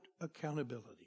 accountability